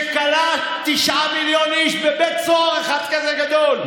שכלא 9 מיליון איש בבית סוהר אחד כזה גדול.